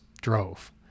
drove